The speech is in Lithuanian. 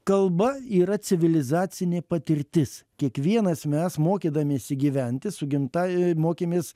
kalba yra civilizacinė patirtis kiekvienas mes mokydamiesi gyventi su gimtąja mokėmės